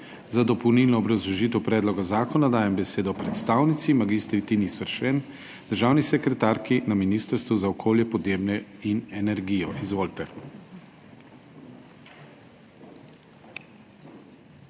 Za dopolnilno obrazložitev predloga zakona dajem besedo predstavnici mag. Tini Seršen, državni sekretarki na Ministrstvu za okolje, podnebje in energijo. Izvolite.